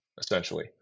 essentially